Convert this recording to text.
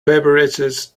beverages